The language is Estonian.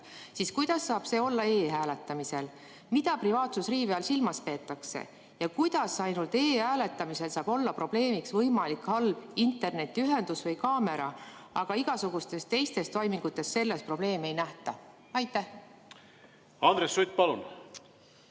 siis kuidas saab see nii olla e‑hääletamisel? Mida privaatsusriive all silmas peetakse? Kuidas ainult e-hääletamisel saab olla probleemiks võimalik halb internetiühendus või kaamera, aga igasugustes teistes toimingutes selles probleemi ei nähta? Aitäh, lugupeetud